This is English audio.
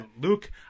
Luke